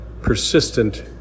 persistent